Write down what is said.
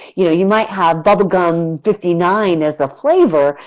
you know you might have bubble gum fifty nine as a flavor,